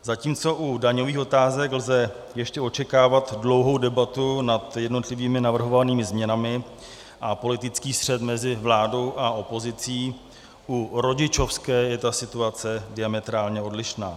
Zatímco u daňových otázek lze ještě očekávat dlouhou debatu nad jednotlivými navrhovanými změnami a politický střet mezi vládou a opozicí, u rodičovské je ta situace diametrálně odlišná.